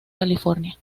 california